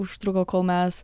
užtruko kol mes